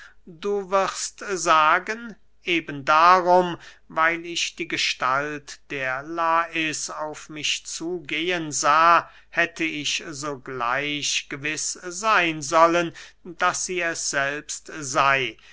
du wirst sagen eben darum weil ich die gestalt der lais auf mich zugehen sah hätte ich sogleich gewiß seyn sollen daß sie es selbst sey